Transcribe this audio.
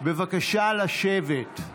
בבקשה לשבת.